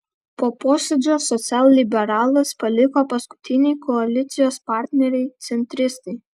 po posėdžio socialliberalus paliko paskutiniai koalicijos partneriai centristai